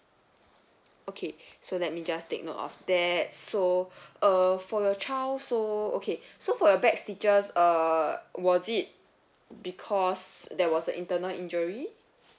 okay so let me just take note of that so err for your child so okay so for your back stitches uh was it because there was a internal injury